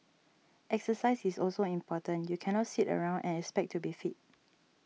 exercise is also important you can not sit around and expect to be fit